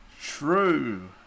True